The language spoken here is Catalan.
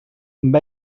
amb